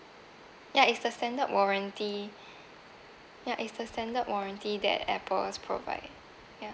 ya it's the standard warranty ya is the standard warranty that Apples provide ya